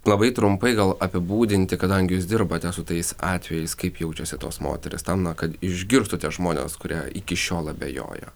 labai trumpai gal apibūdinti kadangi jūs dirbate su tais atvejais kaip jaučiasi tos moterys tam na kad išgirstų tie žmonės kurie iki šiol abejoja